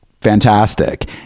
fantastic